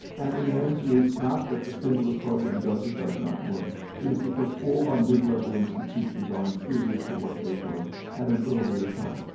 and the answer is not that the stimulus program does or does not work. it is because all on mid-level institutions are inferior to what they were at an earlier time.